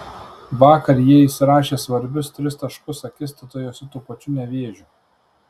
vakar jie įsirašė svarbius tris taškus akistatoje su tuo pačiu nevėžiu